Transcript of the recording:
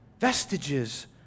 vestiges